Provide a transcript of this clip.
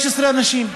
16 אנשים,